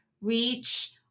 reach